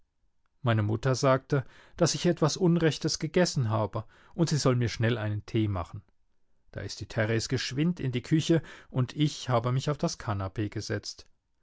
meine mutter sagte daß ich etwas unrechtes gegessen habe und sie soll mir schnell einen tee machen da ist die theres geschwind in die küche und ich habe mich auf das kanapee gesetzt